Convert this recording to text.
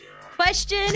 Question